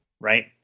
right